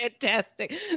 fantastic